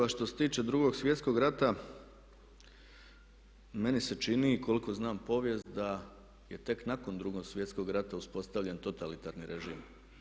A što se tiče Drugog svjetskog rata, meni se čini i koliko znam povijest da je tek nakon Drugog svjetskog rata uspostavljen totalitarni režim.